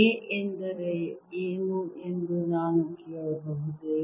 A ಎಂದರೆ ಏನು ಎಂದು ನಾನು ಕೇಳಬಹುದೇ